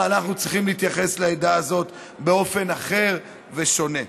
אנחנו צריכים להתייחס לעדה הזאת באופן אחר ושונה.